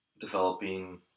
developing